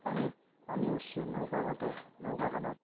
পানী নৌকাখনতে নৌকাখনত